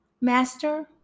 master